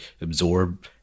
absorb